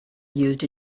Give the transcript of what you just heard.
used